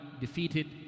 defeated